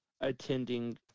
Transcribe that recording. attending